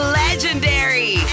legendary